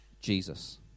Jesus